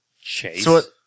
Chase